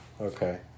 Okay